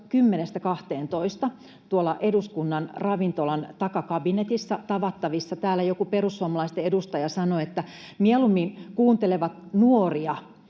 12:een tuolla eduskunnan ravintolan takakabinetissa tavattavissa. Kun täällä joku perussuomalaisten edustaja sanoi, että mieluummin kuuntelee nuoria